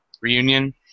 reunion